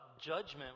judgment